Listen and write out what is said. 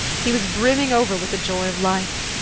he was brimming over with the joy of life!